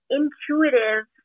intuitive